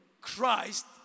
Christ